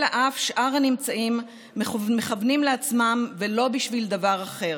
אלא אף שאר הנמצאים מכוונים לעצמם ולא בשביל דבר אחר".